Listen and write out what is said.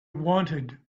wanted